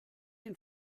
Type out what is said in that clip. ihn